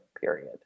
period